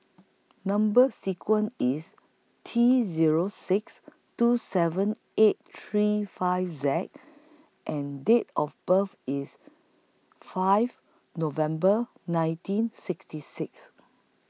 Number sequence IS T Zero six two seven eight three five Z and Date of birth IS five November nineteen sixty six